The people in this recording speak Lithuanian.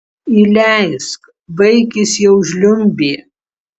įleisk vaikis jau žliumbė